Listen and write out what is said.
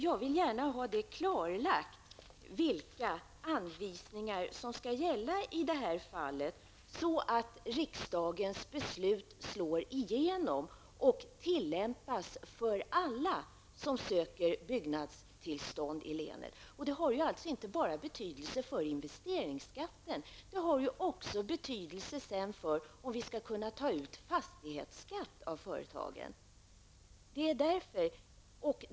Jag vill gärna få klarlagt vilka anvisningar som skall gälla i det här fallet, så att riksdagens beslut slår igenom och tillämpas för alla som söker byggnadstillstånd i länet. Det har inte betydelse bara för investeringsskatten utan också för hur vi sedan skall kunna ta ut fastighetsskatt av företagen.